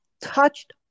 touched